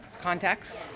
Contacts